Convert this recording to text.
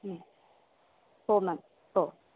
हो मॅम हो